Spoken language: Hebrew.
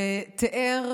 ותיאר